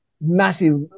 massive